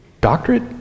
doctorate